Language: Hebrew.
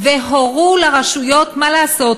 והורו לרשויות מה לעשות.